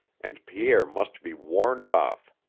and pierre must be warned off.